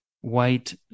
white